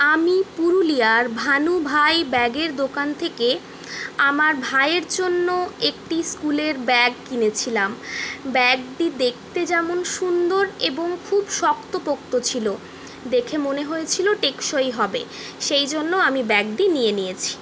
আমি পুরুলিয়ার ভানু ভাই ব্যাগের দোকান থেকে আমার ভাইয়ের জন্য একটি স্কুলের ব্যাগ কিনেছিলাম ব্যাগটি দেখতে যেমন সুন্দর এবং খুব শক্ত পোক্ত ছিল দেখে মনে হয়েছিলো টেকসই হবে সেই জন্য আমি ব্যাগটি নিয়ে নিয়েছি